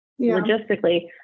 Logistically